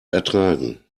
ertragen